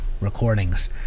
recordings